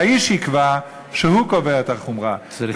והאיש יקבע שהוא קובע את החומרה, צריך לסיים.